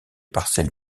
parcelles